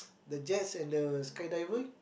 the jets and the skydiving